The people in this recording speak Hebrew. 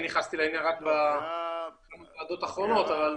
נכנסתי לעניין רק בוועדות האחרונות, אבל